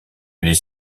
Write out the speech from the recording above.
les